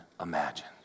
imagine